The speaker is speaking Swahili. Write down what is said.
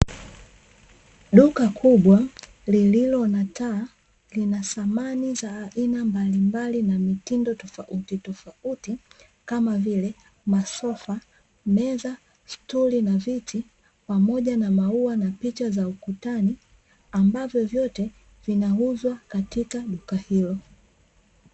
Duka kubwa lililo na taa lina samani za aina mbalimbali na mitindo tofautitofauti kama vile: masofa, meza, stuli na viti pamoja na maua na picha za ukutani ambavyo vyote vinauzwa katika duka hilo.